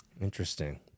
Interesting